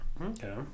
Okay